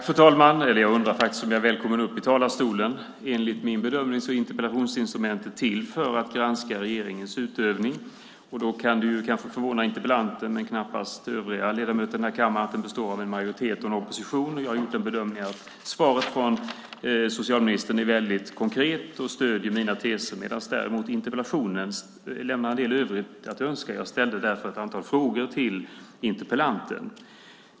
Fru ålderspresident! Jag undrar faktiskt om jag är välkommen upp i talarstolen. Enligt min bedömning är interpellationsinstrumentet till för att granska regeringens utövning. Då kan det kanske förvåna interpellanten, men knappast övriga ledamöter i den här kammaren, att vi består av en majoritet och en opposition. Jag har gjort den bedömningen att svaret från socialministern är väldigt konkret och stöder mina teser, medan däremot interpellationen lämnar en del övrigt att önska. Jag ställde därför ett antal frågor till interpellanten.